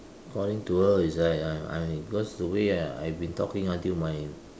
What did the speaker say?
according to her is I I I cause the way I I've been talking until my